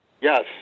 Yes